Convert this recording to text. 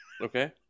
okay